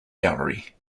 gallery